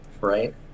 right